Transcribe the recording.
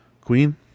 queen